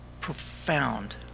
profound